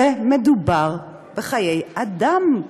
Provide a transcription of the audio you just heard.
מדובר בחיי אדם,